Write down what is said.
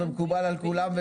זה מקובל על כולם,